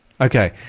Okay